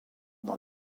dans